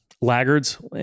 laggards